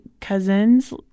cousins